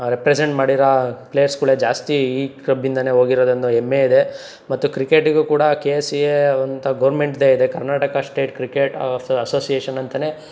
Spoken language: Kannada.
ರೆಪ್ರೆಸೆಂಟ್ ಮಾಡಿರೋ ಪ್ಲೇಸ್ಗಳೆ ಜಾಸ್ತಿ ಈ ಕ್ಲಬ್ಬಿಂದಲೇ ಹೋಗಿರೋದನ್ನೋ ಹೆಮ್ಮೆ ಇದೆ ಮತ್ತು ಕ್ರಿಕೆಟಿಗೂ ಕೂಡ ಕೆ ಎಸ್ ಸಿ ಎ ಅಂತ ಗೌರ್ಮೆಂಟ್ದೆ ಇದೆ Karnataka state cricket of association ಅಂತಲೇ